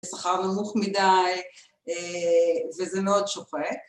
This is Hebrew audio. זה שכר נמוך מידי, א... וזה מאוד שוחק